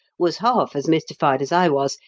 was half as mystified as i was,